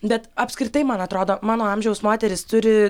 bet apskritai man atrodo mano amžiaus moteris turi